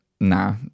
nah